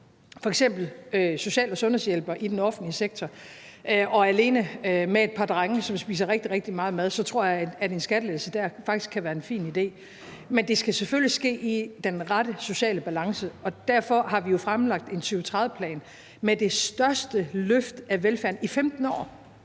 f.eks. som social- og sundhedshjælper i den offentlige sektor, og er alene med et par drenge, som spiser rigtig, rigtig meget mad, så tror jeg, at en skattelettelse dér faktisk kan være en fin idé. Men det skal selvfølgelig ske med den rette sociale balance, og derfor har vi jo fremlagt en 2030-plan med det største løft af velfærden i 15 år,